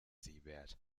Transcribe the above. siebert